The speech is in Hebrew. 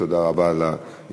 תודה רבה ליוזמים.